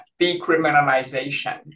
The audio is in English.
decriminalization